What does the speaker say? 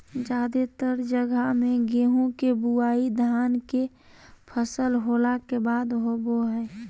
जादेतर जगह मे गेहूं के बुआई धान के फसल होला के बाद होवो हय